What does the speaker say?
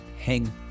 hang